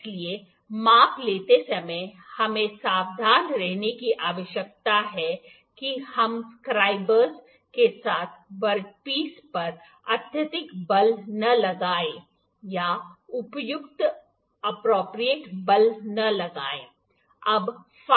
इसलिए माप लेते समय हमें सावधान रहने की आवश्यकता है कि हम स्क्राइबर्स के साथ वर्कपीस पर अत्यधिक बल न लगाएं या उपयुक्त बल न लगाएं